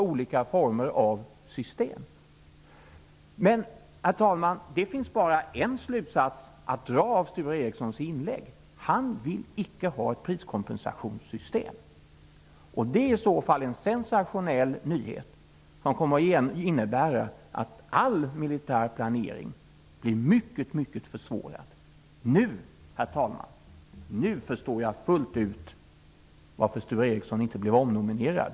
Herr talman! Det finns bara en slutsats att dra av Sture Ericsons inlägg: han vill icke ha ett priskompensationssystem. Det är i så fall en sensationell nyhet. Det skulle innebära att all militär planering blir mycket svårare. Nu, herr talman, förstår jag fullt ut varför Sture Ericson inte blev omnominerad.